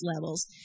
levels